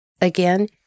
Again